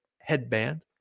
headband